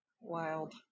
wild